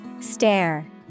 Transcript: Stare